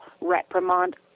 reprimand